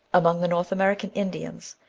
among the north american indians,